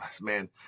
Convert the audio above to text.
man